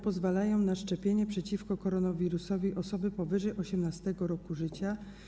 Pozwalają one na szczepienie przeciwko koronawirusowi osób powyżej 18. roku życia.